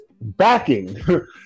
backing